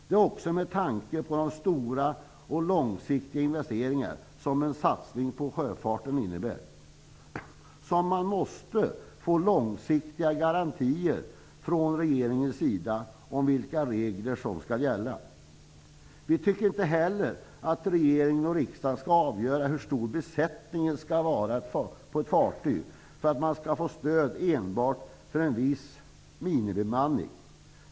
Med tanke på att en satsning på sjöfarten innebär stora och långsiktiga investeringar måste man få långsiktiga garantier från regeringens sida om vilka regler som skall gälla. Vi tycker inte heller att regering och riksdag skall avgöra hur stor besättningen skall vara på ett fartyg eller att man skall få stöd enbart för en viss minimibemanning.